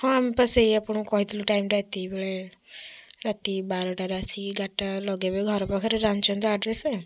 ହଁ ଆମେ ପା ସେଇ ଆପଣଙ୍କୁ କହିଥିଲୁ ଟାଇମ୍ଟା ଏତିକି ବେଳେ ରାତି ବାର ଟାରେ ଆସିକି ଗାଡ଼ିଟା ଲଗେଇବେ ଘର ପାଖରେ ଜାଣିଛନ୍ତି ତ ଆଡ୍ରେସ୍